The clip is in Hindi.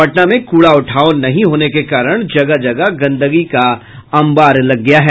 पटना में कूड़ा उठाव नहीं होने के कारण जगह जगह गंदगी का अंबार लग गया है